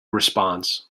response